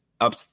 up